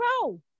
grow